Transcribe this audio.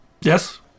Yes